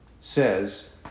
says